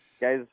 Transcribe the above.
Guys